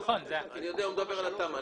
התכנית מוסיפה שכבה של זכויות.